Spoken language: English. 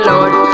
Lord